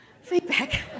feedback